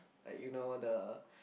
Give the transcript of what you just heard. like you know the